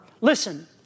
Listen